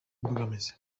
imbogamizi